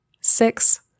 six